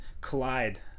collide